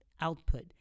output